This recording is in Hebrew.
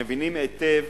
מבינים היטב.